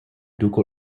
ducal